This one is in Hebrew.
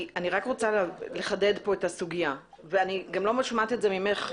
אני רוצה לחדד פה את הסוגיה ואני גם לא שומעת את זה ממך,